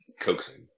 coaxing